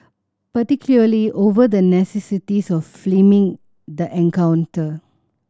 particularly over the necessity of filming the encounter